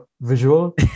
visual